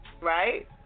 Right